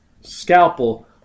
scalpel